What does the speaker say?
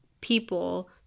people